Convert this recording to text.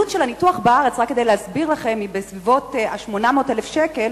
רק כדי להסביר לכם: עלות הניתוח בארץ היא בסביבות 800,000 שקל,